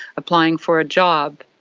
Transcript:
applying for a job.